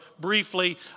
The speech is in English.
briefly